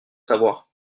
savoir